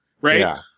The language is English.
Right